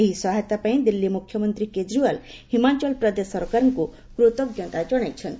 ଏହି ସହାୟତା ପାଇଁ ଦିଲ୍ଲୀ ମୁଖ୍ୟମନ୍ତ୍ରୀ କେଜିରିଓ୍ବାଲ ହିମାଚଳ ପ୍ରଦେଶ ସରକାରଙ୍କୁ କୃତଞ୍ଜତା ଜଣାଇଛନ୍ତି